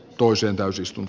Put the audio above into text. toisen täysistun